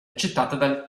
accettata